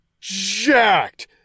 jacked